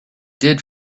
did